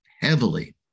heavily